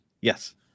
Yes